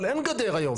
אבל אין גדר היום.